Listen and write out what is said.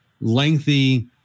lengthy